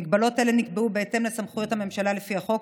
מגבלות אלה נקבעו בהתאם לסמכויות הממשלה לפי החוק,